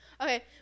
Okay